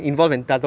orh orh